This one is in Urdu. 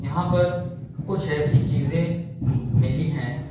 یہاں پر کچھ ایسی چیزیں ملی ہیں